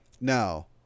Now